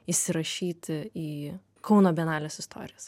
įsirašyti į kauno bienalės istorijas